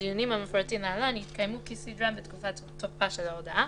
הדיונים המפורטים להלן יתקיימו כסדרם בתקופת תוקפה של ההודעה,